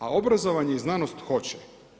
A obrazovanje i znanost hoće.